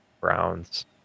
Browns